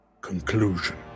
conclusion